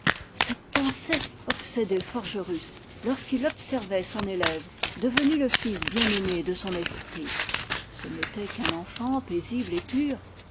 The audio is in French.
cette pensée obsédait forgerus lorsqu'il observait son élève devenu le fils bien-aimé de son esprit ce n'était qu'un enfant paisible et pur